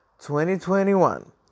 2021